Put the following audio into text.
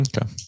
Okay